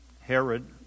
Herod